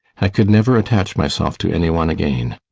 i could never attach myself to any one again.